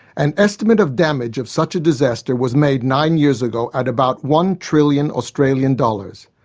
an estimate of damage of such a disaster was made nine years ago at about one trillion australian dollars.